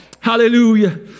Hallelujah